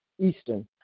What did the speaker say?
Eastern